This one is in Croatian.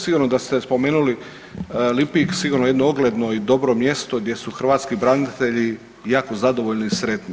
Sigurno da ste spomenuli Lipik, sigurno jedno ogledno i dobro mjesto gdje su hrvatski branitelji jako zadovoljni i sretni.